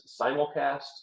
simulcast